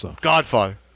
Godfather